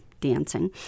dancing